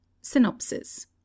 Synopsis